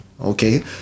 okay